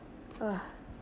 ugh